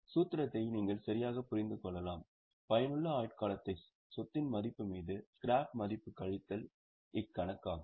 சூத்திரத்தை நீங்கள் சரியாகக் புரிந்துகொள்ளலாம் பயனுள்ள ஆயுட்காலத்தை சொத்தின் மதிப்பு மீது ஸ்கிராப் மதிப்பு கழித்தல் இக்கணக்காகும்